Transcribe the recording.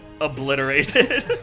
obliterated